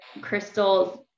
crystals